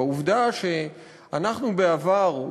והעובדה שאנחנו בעבר,